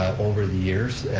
over the years,